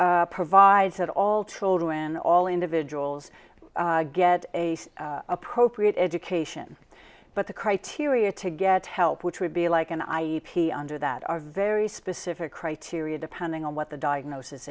provides that all children all individuals get a appropriate education but the criteria to get help which would be like an i p under that are very specific criteria depending on what the diagnosis